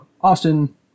austin